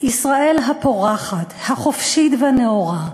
"ישראל הפורחת, החופשית והנאורה,